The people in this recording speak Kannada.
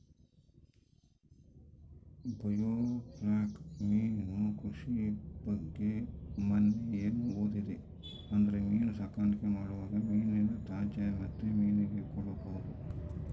ಬಾಯೋಫ್ಲ್ಯಾಕ್ ಮೀನು ಕೃಷಿ ಬಗ್ಗೆ ಮನ್ನೆ ಏನು ಓದಿದೆ ಅಂದ್ರೆ ಮೀನು ಸಾಕಾಣಿಕೆ ಮಾಡುವಾಗ ಮೀನಿನ ತ್ಯಾಜ್ಯನ ಮತ್ತೆ ಮೀನಿಗೆ ಕೊಡಬಹುದು